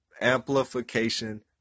amplification